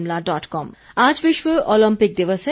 Olympic दौड आज विश्व ओलंपिक दिवस है